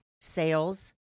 sales